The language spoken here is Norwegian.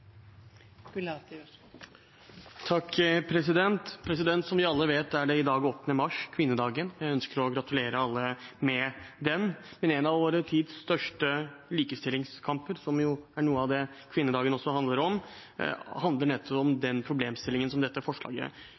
dag 8. mars, kvinnedagen, og jeg ønsker å gratulerer alle med den. Men en av vår tids største likestillingskamper, som jo også er noe av det kvinnedagen handler om, handler nettopp om den problemstillingen som dette forslaget